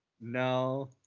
No